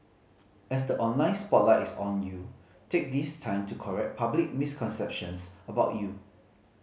as the online spotlight is on you take this time to correct public misconceptions about you